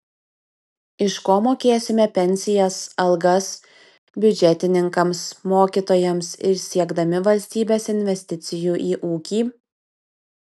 iš ko mokėsime pensijas algas biudžetininkams mokytojams ir siekdami valstybės investicijų į ūkį